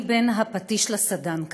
"אני בין הפטיש לסדן כעת.